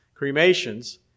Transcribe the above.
cremations